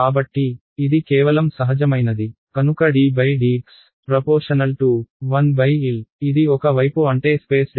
కాబట్టి ఇది కేవలం సహజమైనది కనుక ddx ∝ 1L ఇది ఒక వైపు అంటే స్పేస్ డెరివేటివ్